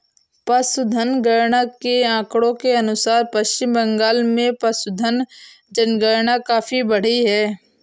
पशुधन गणना के आंकड़ों के अनुसार पश्चिम बंगाल में पशुधन जनसंख्या काफी बढ़ी है